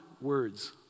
words